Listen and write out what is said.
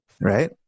right